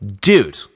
dude